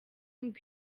ngo